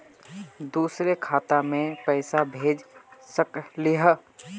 दुसरे खाता मैं पैसा भेज सकलीवह?